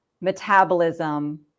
metabolism